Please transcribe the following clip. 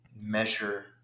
measure